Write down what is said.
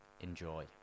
enjoy